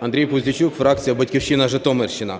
Андрій Пузійчук, фракція "Батьківщина", Житомирщина.